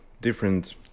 Different